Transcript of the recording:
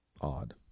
odd